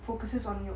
focuses on your